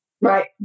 right